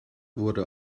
wurde